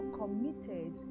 committed